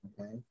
okay